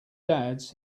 dad’s